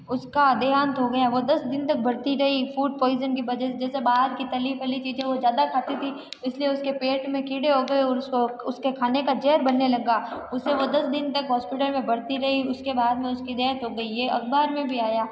उसका देहांत हो गया वह दस दिन तक भर्ती रही फूड प्वाइज़न की वजह से जैसे बाहर की तली गली चीज़ें वो ज़्यादा खाती थी इसलिए उसके पेट में कीड़े हो गए और उसको उसके खाने का ज़हर बनने लग्गा उसे वो दस दिन तक हॉस्पिटल में भर्ती रही उसके बाद में उसकी डेथ हो गई यह अखबार में भी आया